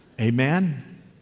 Amen